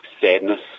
sadness